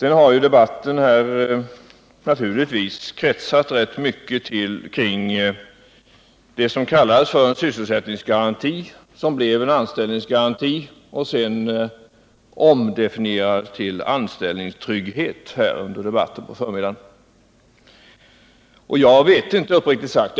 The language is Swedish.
Debatten har naturligtvis kretsat rätt mycket kring det som kallas en sysselsättningsgaranti men blivit en anställningsgaranti och som sedan under förmiddagens debatt omdefinierats till anställningstrygghet.